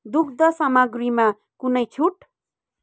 दुग्ध सामग्रीमा कुनै छुट